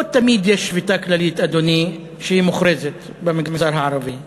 לא תמיד יש שביתה כללית, אדוני, במגזר הערבי.